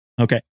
Okay